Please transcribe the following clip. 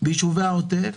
בישובי העוטף